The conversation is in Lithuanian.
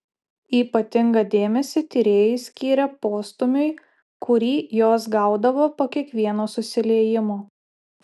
ypatingą dėmesį tyrėjai skyrė postūmiui kurį jos gaudavo po kiekvieno susiliejimo